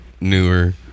Newer